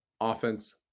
offense